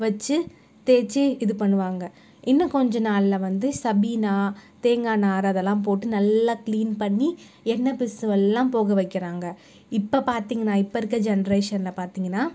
வெச்சு தேய்ச்சு இது பண்ணுவாங்க இன்னும் கொஞ்ச நாளில் வந்து சபீனா தேங்காய் நார் அதெல்லாம் போட்டு நல்லா கிளீன் பண்ணி எண்ணெய் பிசுரெல்லாம் போக வைக்கிறாங்க இப்போ பார்த்திங்கன்னா இப்போருக்குற ஜென்ரேஷனில் பார்த்திங்கன்னா